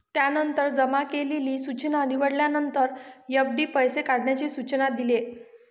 त्यानंतर जमा केलेली सूचना निवडल्यानंतर, एफ.डी पैसे काढण्याचे सूचना दिले